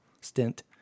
stint